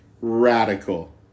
Radical